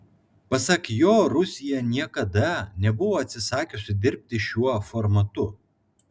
pasak jo rusija niekada nebuvo atsisakiusi dirbti šiuo formatu